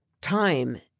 time